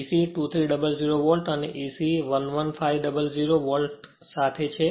BC 2300 volt અને AC 11500 volt સાથે છે